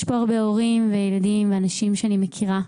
יש פה הרבה הורים וילדים ואנשים שאני מכירה,